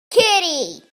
kitty